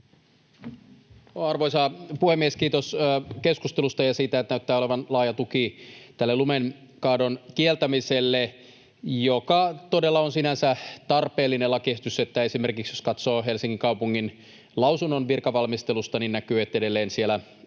Arvoisa puhemies! Kiitos keskustelusta ja siitä, että näyttää olevan laaja tuki tälle lumenkaadon kieltämiselle. Tämä todella on sinänsä tarpeellinen lakiesitys. Esimerkiksi jos katsoo Helsingin kaupungin lausunnon virkavalmistelusta, niin näkyy, että edelleen siellä